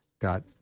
got